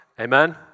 amen